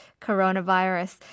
coronavirus